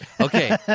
Okay